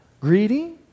greedy